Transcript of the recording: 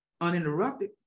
uninterrupted